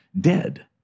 dead